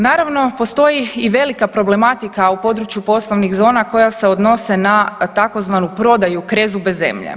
Naravno, postoji i velika problematika u području poslovnih zona koja se odnose na tzv. prodaju krezube zemlje.